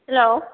hello